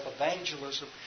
evangelism